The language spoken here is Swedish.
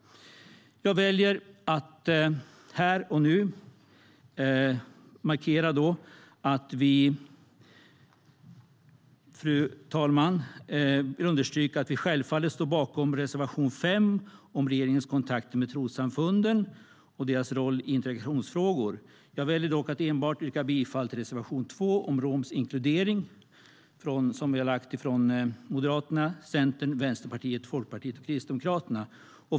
Jag väljer att här och nu markera att vi självfallet står bakom reservation 5 om regeringens kontakter med trossamfunden och deras roll i integrationsfrågor. Jag väljer dock att yrka bifall till enbart reservation 2 om romsk inkludering av Moderaterna, Centern, Vänsterpartiet, Folkpartiet och Kristdemokraterna.